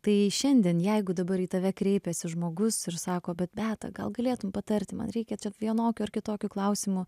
tai šiandien jeigu dabar į tave kreipiasi žmogus ir sako bet meta gal galėtumei patarti man reikia vienokio ar kitokiu klausimu